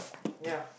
ya